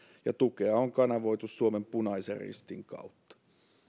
ja tukea on kanavoitu suomen punaisen ristin kautta